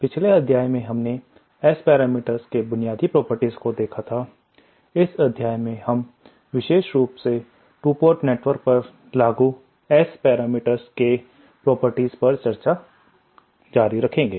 पिछले अध्याय में हमने S पैरामीटर्स के बुनियादी प्रॉपर्टीज को देखा था इस अध्याय में हम विशेष रुप से 2 पोर्ट नेटवर्क पर लागू S पैरामीटर्स के प्रॉपर्टीज पर अपनी चर्चा जारी रखेंगे